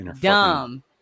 Dumb